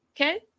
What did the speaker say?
Okay